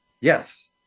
Yes